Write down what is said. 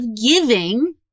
giving